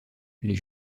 les